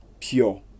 pure